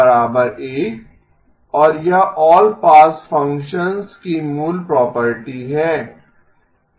1 और यह all pass functions की मूल प्रॉपर्टी है